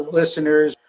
listeners